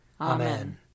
Amen